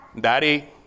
Daddy